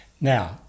Now